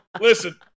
Listen